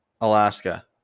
Alaska